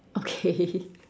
okay